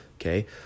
Okay